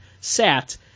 sat